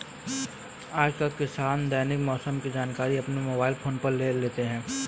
आजकल किसान दैनिक मौसम की जानकारी अपने मोबाइल फोन पर ले लेते हैं